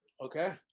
Okay